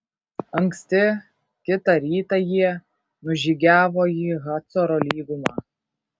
anksti kitą rytą jie nužygiavo į hacoro lygumą